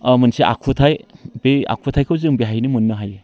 मोनसे आखुथाय बै आखुथायखौ जों बेवहायनो मोननो हायो